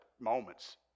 moments